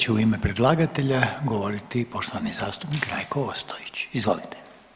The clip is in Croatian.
Sad će u ime predlagatelja govoriti poštovani zastupnik Rajko Ostojić, izvolite.